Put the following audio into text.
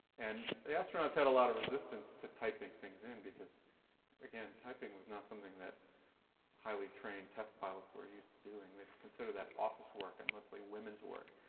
and the astronauts had a lot of resistance to typing things in. because again, typing was not something that highly-trained test pilots were used to doing. they'd consider that office work and mostly women's work.